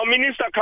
minister